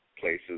places